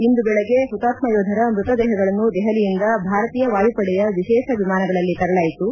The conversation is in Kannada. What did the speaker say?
ಇಂದು ಬೆಳಗ್ಗೆ ಹುತಾತ್ನ ಯೋಧರ ಮೃತ ದೇಹಗಳನ್ನು ದೆಹಲಿಯಿಂದ ಭಾರತೀಯ ವಾಯುಪಡೆಯ ವಿಶೇಷ ವಿಮಾನಗಳಲ್ಲಿ ತರಲಾಯಿತು